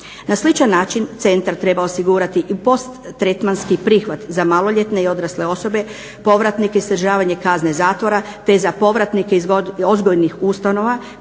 Na sličan način centar treba osigurati i posttretmanski prihvat za maloljetne i odrasle osobe, povratnike s izdržavanja kazne zatvora te za povratnike odgojnih ustanova